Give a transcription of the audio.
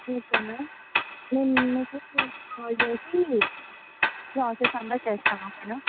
okay మేము మీకు call చేసి ప్రాసెస్ అంతా చేస్తాము ఓకే